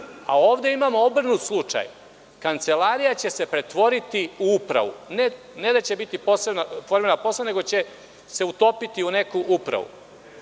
a ovde imamo jedan obrnuti slučaj, Kancelarija će se pretvoriti u Upravu. Neće biti formirana posebna, nego će se utopiti u neku upravu